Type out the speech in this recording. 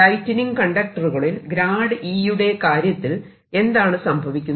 lightning കണ്ടക്ടറുകളിൽ E യുടെ കാര്യത്തിൽ എന്താണ് സംഭവിക്കുന്നത്